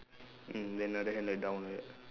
mm then another hand like down like that